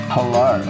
Hello